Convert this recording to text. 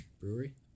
brewery